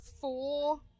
four